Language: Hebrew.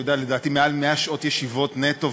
לדעתי מעל 100 שעות ישיבות נטו,